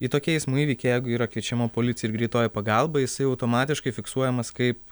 į tokį eismo įvykį jeigu yra kviečiama policija ir greitoji pagalba jisai automatiškai fiksuojamas kaip